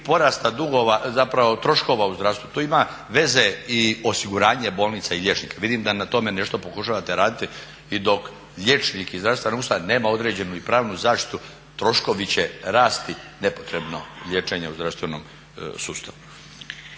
porasta dugova, zapravo troškova u zdravstvu, to ima veze i osiguranje bolnica i liječnika. Vidim da na tome nešto pokušavate raditi i dok liječnik iz zdravstvene ustanove nema određenu i pravnu zaštitu troškovi će rasti, nepotrebno liječenje u zdravstvenom sustavu.